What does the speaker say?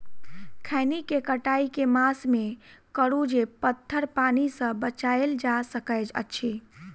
खैनी केँ कटाई केँ मास मे करू जे पथर पानि सँ बचाएल जा सकय अछि?